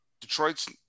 Detroit's